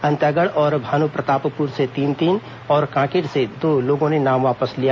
अंतागढ़ और भानुप्रतापपुर से तीन तीन और कांकेर से दो लोगों ने नाम वापस लिया